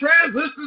transistors